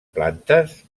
plantes